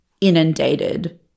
inundated